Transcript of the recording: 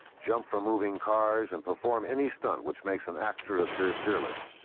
jump from moving cars and perform any stunt which makes an actor appear fearless.